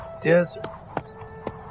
desert